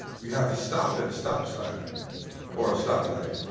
you have to stop at a stop sign or a stoplight.